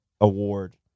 award